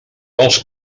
als